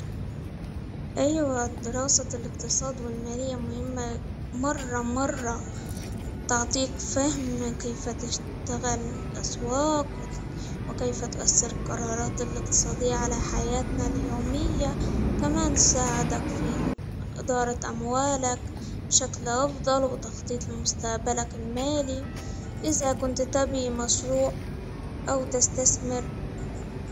أيوا على الدراسة الإقتصاد والمالية مهمة مرة مرة ، تعطيك فهم كيف تشتغل الأسواق ؟وكيف تؤثر القرارات الإقتصادية على حياتنا اليومية؟ كمان تساعدك في إدارة أموالك بشكل أفضل وتخطيط لمستقبلك المالي إذا كنت تبغي مشروع أو تستسمر.